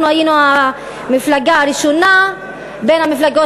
אנחנו היינו המפלגה הראשונה בין המפלגות